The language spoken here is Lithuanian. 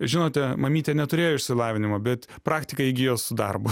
žinote mamytė neturėjo išsilavinimo bet praktiką įgijo su darbu